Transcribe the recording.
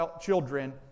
children